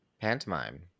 Pantomime